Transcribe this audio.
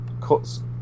cuts